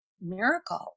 miracle